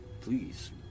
please